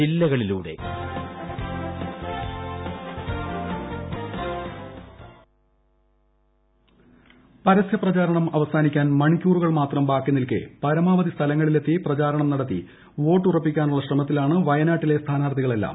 ജില്ലകളിലൂടെ വയനാട് പരസ്യപ്രചാരണം അവസാനിക്കുവാൻ മണിക്കൂറുകൾ മാത്രം ബാക്കി നിൽക്കെ പരമാവധി സ്ഥലങ്ങളിലെത്തി പ്രചാരണം നടത്തി വോട്ട് ഉറപ്പിക്കാനുള്ള ശ്രമത്തിലാണ് വയനാട്ടിലെ സ്ഥാനാർത്ഥികളെല്ലാം